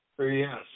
Yes